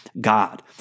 God